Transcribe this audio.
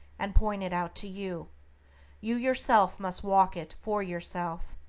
and point it out to you you yourself must walk it for yourself.